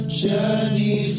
journey